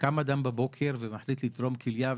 קם אדם בבוקר ומחליט לתרום כליה,